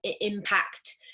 impact